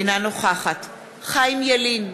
אינה נוכחת חיים ילין,